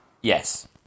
Yes